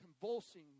convulsing